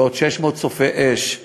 ועוד 600 צופי אש.